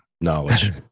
knowledge